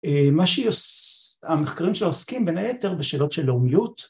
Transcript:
המחקרים שעוסקים בין היתר בשאלות של לאומיות